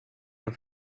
have